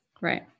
right